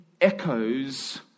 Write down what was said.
echoes